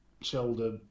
shoulder